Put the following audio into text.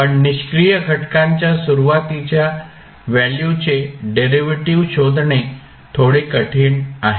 पण निष्क्रीय घटकांच्या सुरुवातीच्या व्हॅल्यूचे डेरिव्हेटिव्ह शोधणे थोडे कठीण आहे